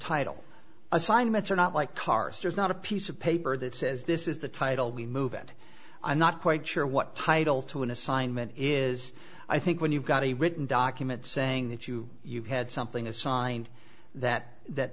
title assignments are not like carstairs not a piece of paper that says this is the title we move and i'm not quite sure what title to an assignment is i think when you've got a written document saying that you had something assigned that that